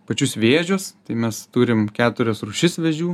pačius vėžius tai mes turim keturias rūšis vėžių